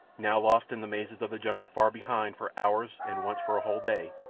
now lost in the mazes of the jungle far behind for hours and once for a whole day,